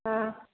ಹಾಂ